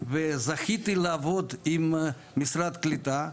וזכיתי לעבוד עם משרד הקליטה.